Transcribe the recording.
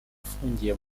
ufungiye